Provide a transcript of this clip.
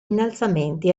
innalzamenti